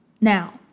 Now